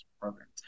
programs